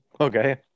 okay